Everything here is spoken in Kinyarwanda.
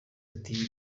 ati